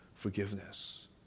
forgiveness